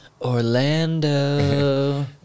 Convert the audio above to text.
Orlando